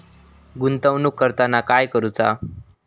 गुंतवणूक करताना काय करुचा?